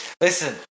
Listen